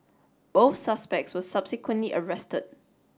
both suspects were subsequently arrested